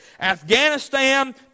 Afghanistan